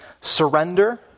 Surrender